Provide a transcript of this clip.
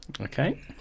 Okay